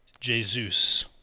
Jesus